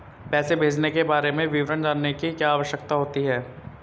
पैसे भेजने के बारे में विवरण जानने की क्या आवश्यकता होती है?